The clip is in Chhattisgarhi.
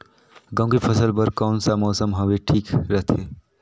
गहूं के फसल बर कौन सा मौसम हवे ठीक रथे?